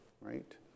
right